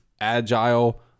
agile